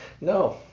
No